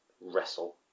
wrestle